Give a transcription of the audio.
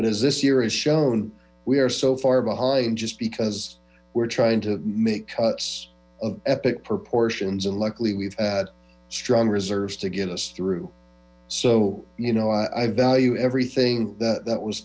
but as this year has shown we are so far behind just because we're trying to make cuts of epic proportions and luckily we've had strong reserves to get through so you know i value everything that